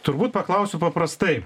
turbūt paklausiu paprastai